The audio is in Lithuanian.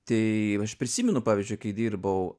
tai aš prisimenu pavyzdžiui kai dirbau